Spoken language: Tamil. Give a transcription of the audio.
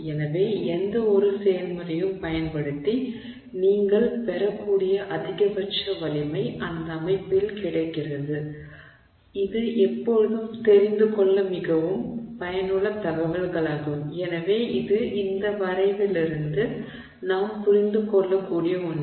எனவே எந்தவொரு செயல்முறையையும் பயன்படுத்தி நீங்கள் பெறக்கூடிய அதிகபட்ச வலிமை அந்த அமைப்பில் கிடைக்கிறது இது எப்போதும் தெரிந்துகொள்ள மிகவும் பயனுள்ள தகவல்களாகும் எனவே இது இந்த வரைவிலிருந்து நாம் புரிந்து கொள்ளக்கூடிய ஒன்று